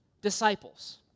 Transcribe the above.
disciples